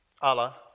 Allah